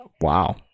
Wow